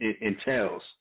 entails